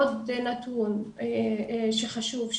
עוד נתון חשוב,